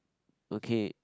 okay